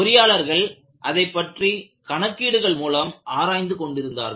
பொறியாளர்கள் அதைப் பற்றி கணக்கீடுகள் மூலம் ஆராய்ந்து கொண்டிருந்தார்கள்